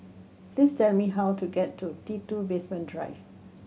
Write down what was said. please tell me how to get to T Two Basement Drive